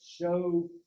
show